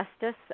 justice